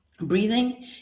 breathing